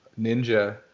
Ninja